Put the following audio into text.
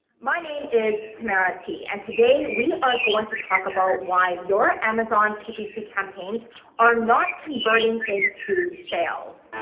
my name is tamara tee and today we are going to talk about why your amazon ppc campaigns are not converting into sales.